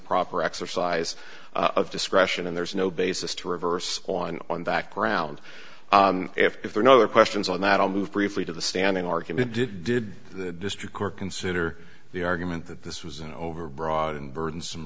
proper exercise of discretion and there's no basis to reverse on on background if there are no other questions on that i'll move briefly to the standing argument did did the district court consider the argument that this was an overbroad and burdensome